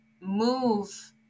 move